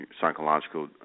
psychological